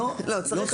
לא את העולם